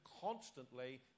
constantly